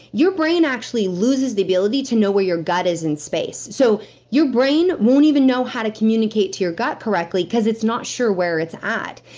your brain actually loses the ability to know where your gut is in space. so your brain won't even know how to communicate to your gut correctly, because it's not sure where it's at.